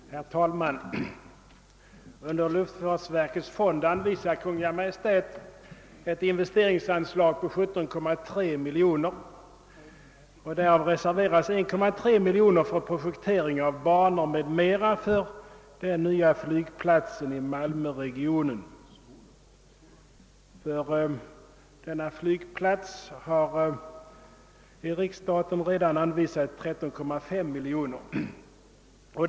Herr talman! Under luftfartsverkets fond föreslår Kungl. Maj:t att ett investeringsanslag på 17,3 milj.kr. anvisas. Därav reserveras 1,3 milj.kr. för projektering av banor m.m. för den nya flygplatsen i malmöregionen. För denna flygplats har i riksstaten redan anvisats 13,5 milj.kr.